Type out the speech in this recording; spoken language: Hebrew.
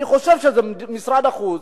אני חושב שמשרד החוץ,